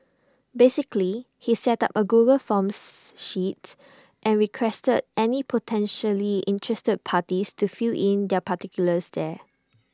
basically he set up A Google forms sheets and requested any potentially interested parties to fill in their particulars there